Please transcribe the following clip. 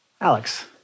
Alex